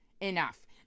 enough